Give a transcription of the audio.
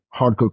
hardcore